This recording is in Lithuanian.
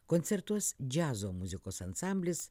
koncertuos džiazo muzikos ansamblis